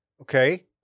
Okay